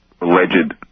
alleged